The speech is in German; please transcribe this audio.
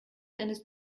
eines